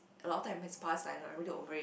a lot of time mixed past like I'm really over it